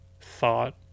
thought